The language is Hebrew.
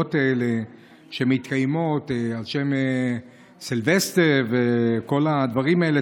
החגיגות האלה שמתקיימות על שם סילבסטר וכל הדברים האלה,